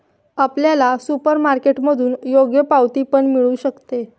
आपल्याला सुपरमार्केटमधून योग्य पावती पण मिळू शकते